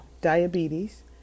diabetes